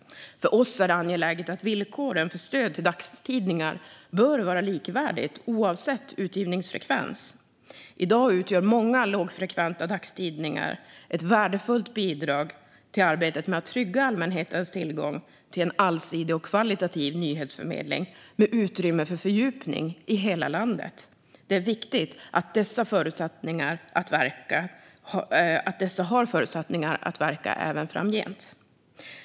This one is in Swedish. För oss är det angeläget att villkoren för stöd till dagstidningar är likvärdiga oavsett utgivningsfrekvens. I dag utgör många lågfrekventa dagstidningar ett värdefullt bidrag till arbetet med att trygga allmänhetens tillgång till en allsidig och kvalitativ nyhetsförmedling, med utrymme för fördjupning, i hela landet. Det är viktigt att dessa har förutsättningar att verka även framgent.